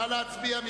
נא להצביע.